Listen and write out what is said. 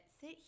sit